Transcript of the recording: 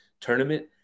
tournament